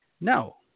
No